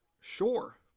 Sure